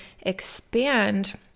expand